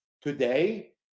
Today